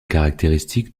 caractéristiques